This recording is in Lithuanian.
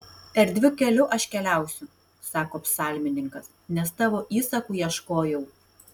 erdviu keliu aš keliausiu sako psalmininkas nes tavo įsakų ieškojau